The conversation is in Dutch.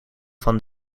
van